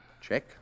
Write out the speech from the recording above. Check